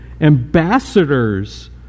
ambassadors